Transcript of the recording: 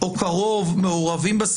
או קרוב מעורבים,